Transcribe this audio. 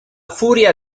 furia